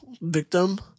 victim